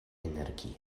energie